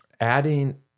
adding